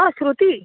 हां श्रुती